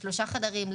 שלושה חדרים,